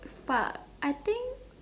fuck I think